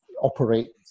operate